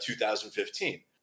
2015